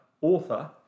author